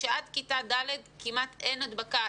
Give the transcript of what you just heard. שעד כיתה ד' כמעט ואין הדבקה.